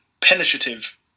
penetrative